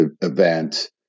event